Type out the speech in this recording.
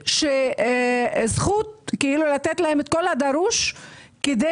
השאלה אם אנחנו יכולים לדרוש בעיכוב